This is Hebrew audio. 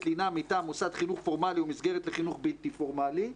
לינה מטעם מוסד חינוך פורמלי ומסגרת לחינוך בלתי פורמלי,